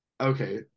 okay